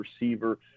receiver